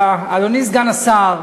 אדוני סגן השר,